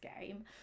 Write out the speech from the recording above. game